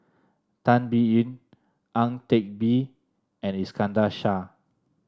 Tan Biyun Ang Teck Bee and Iskandar Shah